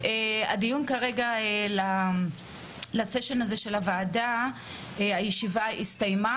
הדיון לסשן הזה של הוועדה הסתיים.